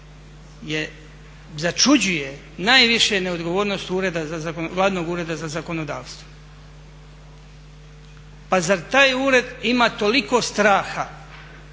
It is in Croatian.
začuđuje najviše neodgovornost Vladinog Ureda za zakonodavstvo. Pa zar taj ured ima toliko straha